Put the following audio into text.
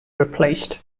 replaced